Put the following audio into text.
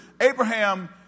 Abraham